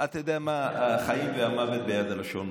אתה יודע מה, החיים והמוות ביד הלשון.